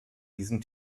diesen